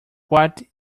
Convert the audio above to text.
what